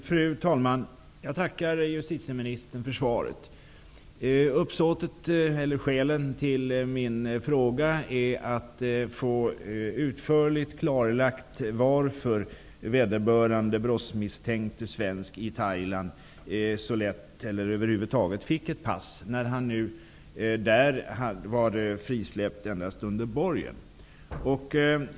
Fru talman! Jag tackar justitieministern för svaret. Skälet till min fråga var att utförligt få klarlagt varför vederbörande brottsmisstänkte svensk i Thailand så lätt, eller över huvud taget, fick ett pass när han där var frisläppt endast mot borgen.